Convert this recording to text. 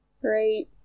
Great